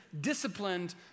disciplined